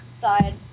side